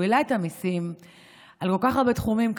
הוא העלה את המיסים בכל כך הרבה תחומים.